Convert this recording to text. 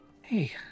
hey